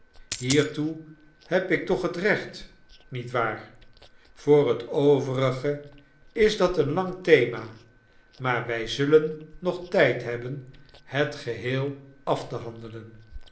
hiertoe heb ik toch het recht niet waar voor het overige is dat een lang thema maar wij zullen nog tijd hebben het geheel af te handelen